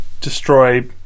destroy